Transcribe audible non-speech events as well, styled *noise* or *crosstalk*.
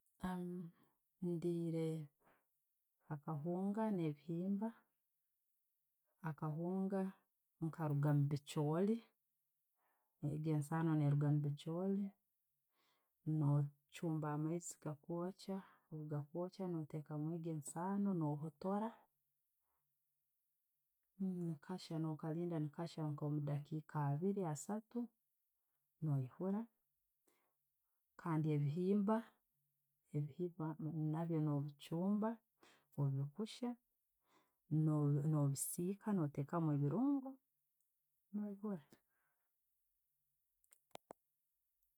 *hesitation* Ndiire, akahunga ne'embihimba. Akahunga ne karuka omubichooli, egyo esaano ne'ruuga mubichooli, no'chumba amaiizi agakwokya, agakwookya no'ttekamu egyo esaano, no hotoora, ne kahiiya, no' kalinda ne'kahiiya nko mudaakika abbiri asaatu. Noihura, kandi ebihiimba, nabyo no'bichumba, bwebukuucya, no bisiika, no'biteekamu ebirungo noiyihuura.